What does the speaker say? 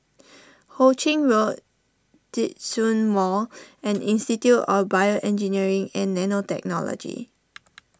Ho Ching Road Djitsun Mall and Institute of BioEngineering and Nanotechnology